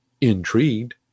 intrigued